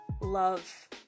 love